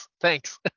thanks